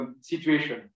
situation